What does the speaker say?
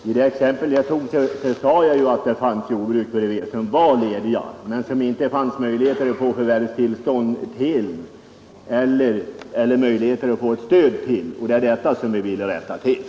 Fru talman! När det gäller exempel vill jag peka på att det kan finnas mindre jordbruk bredvid som är lediga men som det inte finns möjligheter att få förvärvstillstånd för — eller möjligheter att få ett rationaliseringsstöd för — och det är detta som vi vill rätta till.